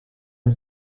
une